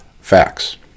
facts